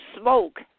smoke